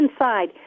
inside